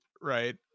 right